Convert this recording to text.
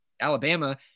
Alabama